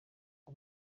ngo